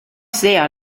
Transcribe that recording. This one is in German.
sehr